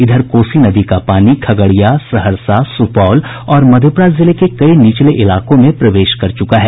इधर कोसी नदी का पानी खगड़िया सहरसा सुपौल और मधेपुरा जिले के कई निचले इलाकों में प्रवेश कर चुका है